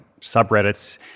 subreddits